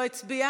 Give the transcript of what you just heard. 19, לתוספת.